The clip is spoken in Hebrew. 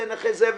זה נכה כזה,